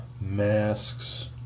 masks